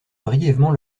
brièvement